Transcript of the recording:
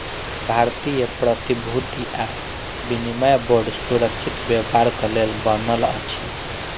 भारतीय प्रतिभूति आ विनिमय बोर्ड सुरक्षित व्यापारक लेल बनल अछि